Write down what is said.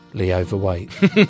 overweight